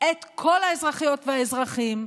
את כל האזרחיות והאזרחים,